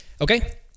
Okay